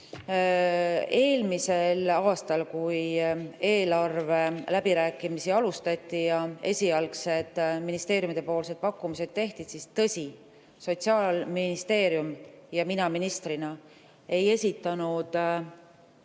Eelmisel aastal, kui eelarveläbirääkimisi alustati ja esialgsed ministeeriumidepoolsed pakkumised tehti, siis tõsi, Sotsiaalministeerium ja mina ministrina ei esitanud